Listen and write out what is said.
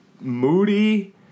moody